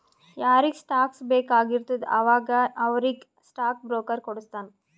ಯಾರಿಗ್ ಸ್ಟಾಕ್ಸ್ ಬೇಕ್ ಆಗಿರ್ತುದ ಅವಾಗ ಅವ್ರಿಗ್ ಸ್ಟಾಕ್ ಬ್ರೋಕರ್ ಕೊಡುಸ್ತಾನ್